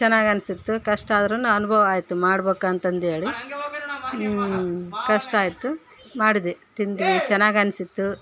ಚೆನ್ನಾಗ್ ಅನಿಸಿತ್ತು ಕಷ್ಟಾದ್ರು ಅನುಭವ ಆಯಿತು ಮಾಡ್ಬೇಕಾಂತಂದೇಳಿ ಕಷ್ಟಾಯಿತು ಮಾಡಿದೆ ತಿಂದ್ವಿ ಚೆನ್ನಾಗನ್ಸಿತ್ತು